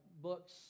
books